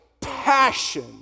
passion